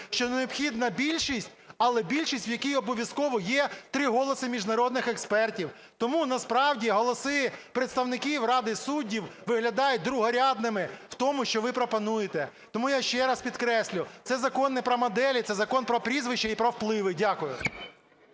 що необхідна більшість, але більшість, в якій обов'язково є три голоси міжнародних експертів. Тому насправді голоси представників Ради суддів виглядають другорядними в тому, що ви пропонуєте. Тому я ще раз підкреслю, це закон не про моделі, це закон про прізвища і про впливи. Дякую.